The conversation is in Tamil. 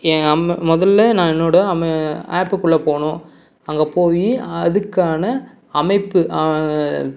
என் அம்மா முதல்ல நான் என்னோட அமை ஆப்புக்குள்ளே போகணும் அங்கே போய் அதுக்கான அமைப்பு